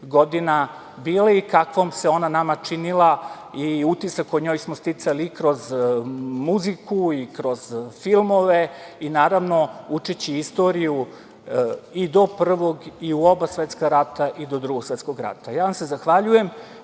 godina bila i kakvom se ona činila i utisak o njoj smo sticali kroz muziku i kroz filmove i naravno učeći istoriju i do Prvog i oba svetska rata i do Drugog svetskog rata. Zahvaljujem